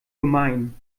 gemein